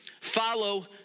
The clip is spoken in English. Follow